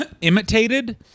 imitated